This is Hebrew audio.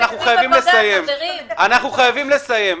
אנחנו חייבים לסיים,